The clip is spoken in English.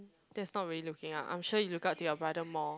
that's not really looking up I'm sure you look up to your brother more